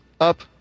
up